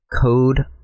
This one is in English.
code